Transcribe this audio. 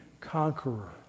conqueror